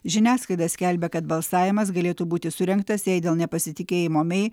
žiniasklaida skelbia kad balsavimas galėtų būti surengtas jei dėl nepasitikėjimo mei